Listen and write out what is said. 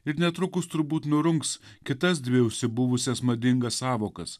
ir netrukus turbūt nurungs kitas dvi užsibuvusias madingas sąvokas